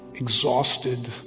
exhausted